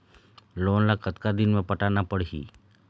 Loan ला कतका दिन मे पटाना पड़ही?